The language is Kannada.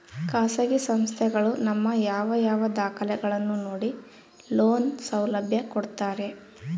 ಖಾಸಗಿ ಸಂಸ್ಥೆಗಳು ನಮ್ಮ ಯಾವ ಯಾವ ದಾಖಲೆಗಳನ್ನು ನೋಡಿ ಲೋನ್ ಸೌಲಭ್ಯ ಕೊಡ್ತಾರೆ?